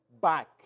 back